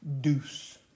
deuce